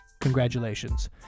congratulations